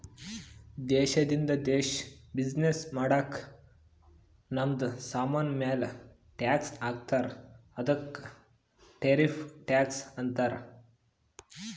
ದೇಶದಿಂದ ದೇಶ್ ಬಿಸಿನ್ನೆಸ್ ಮಾಡಾಗ್ ನಮ್ದು ಸಾಮಾನ್ ಮ್ಯಾಲ ಟ್ಯಾಕ್ಸ್ ಹಾಕ್ತಾರ್ ಅದ್ದುಕ ಟಾರಿಫ್ ಟ್ಯಾಕ್ಸ್ ಅಂತಾರ್